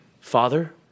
Father